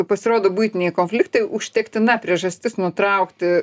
pasirodo buitiniai konfliktai užtektina priežastis nutraukti